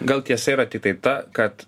gal tiesa yra tiktai ta kad